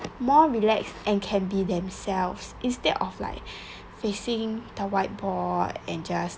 more relax and can be themselves instead of like facing the whiteboard and just